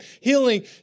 healing